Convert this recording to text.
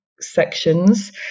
sections